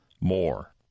more